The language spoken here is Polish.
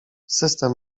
system